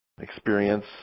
experience